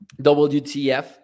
WTF